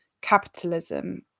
capitalism